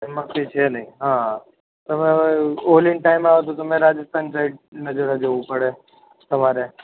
એમાં કઈ છે નહીં હા તમે હવે હોળીના ટાઈમે આવો તો તમે રાજસ્થાન સાઈડ ને જરા જવું પડે તમારે